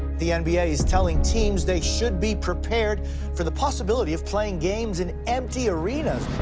the nba is telling teams they should be prepared for the possibility of playing games in empty arenas.